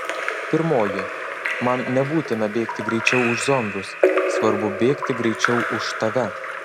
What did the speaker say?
pirmoji man nebūtina bėgti greičiau už zombius svarbu bėgti greičiau už tave